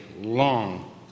long